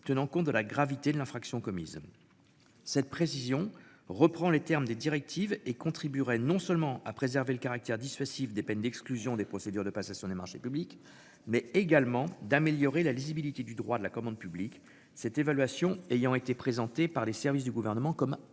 tenant compte de la gravité de l'infraction commise. Cette précision reprend les termes des directives et contribuerait non seulement à préserver le caractère dissuasif des peines d'exclusion des procédures de passation des marchés publics, mais également d'améliorer la lisibilité du droit de la commande publique cette évaluation ayant été présenté par les services du gouvernement comme implicite,